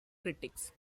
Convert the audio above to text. critics